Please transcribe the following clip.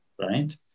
right